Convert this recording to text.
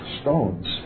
stones